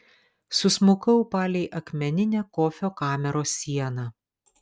susmukau palei akmeninę kofio kameros sieną